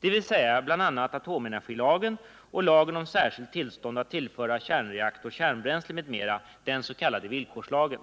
dvs. bl.a. atomenergilagen och lagen om särskilt tillstånd att tillföra kärnreaktor kärnbränsle m.m., den s.k. villkorslagen.